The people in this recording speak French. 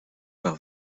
par